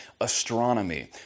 astronomy